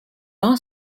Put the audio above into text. are